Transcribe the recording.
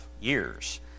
years